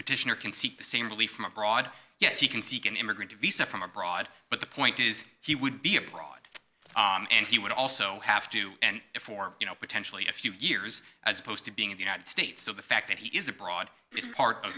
petitioner can seek the same relief from abroad yes he can seek an immigrant visa from abroad but the point is he would be abroad and he would also have to end it for you know potentially a few years as opposed to being in the united states so the fact that he is abroad is part of